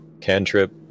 cantrip